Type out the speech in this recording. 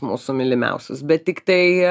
mūsų mylimiausius bet tiktai